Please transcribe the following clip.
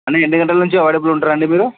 అన్నా ఎన్ని గంటల నుంచి అవేలబుల్ ఉంటారండీ మీరు